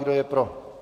Kdo je pro?